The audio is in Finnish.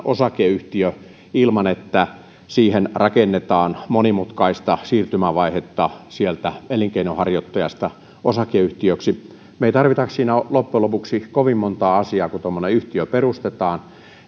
osakeyhtiö ilman että siihen rakennetaan monimutkaista siirtymävaihetta sieltä elinkeinonharjoittajasta osakeyhtiöksi me emme tarvitse siinä loppujen lopuksi kovin montaa asiaa kun tuommoinen yhtiö perustetaan